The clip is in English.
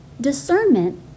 Discernment